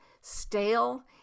stale